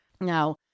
Now